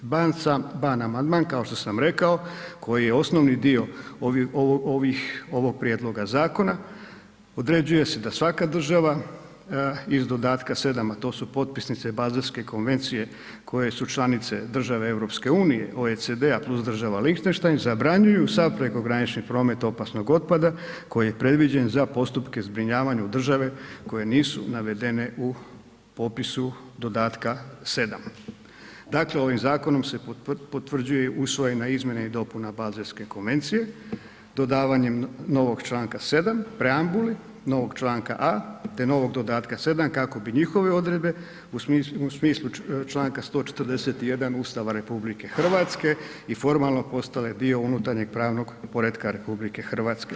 Ban amandman kao što sam rekao, koji je osnovni dio ovog prijedloga zakona određuje se da svaka država iz dodatka 7., a to su potpisnici Bazelske konvencije koje su članice države EU, OECD-a + država Lihtenštajn, zabranjuju sav prekogranični promet opasnog otpada koji je predviđen za postupke zbrinjavanja u države koje nisu navedene u popisu dodatka 7. Dakle, ovim zakonom se potvrđuje usvojena izmjena i dopuna Bazelske konvencije dodavanjem novog čl. 7 preambuli, novog čl. a te novog dodatka 7. kako bi njihove odredbe u smislu čl. 141 Ustava RH, i formalno postale dio unutarnjeg pravnog poretka RH.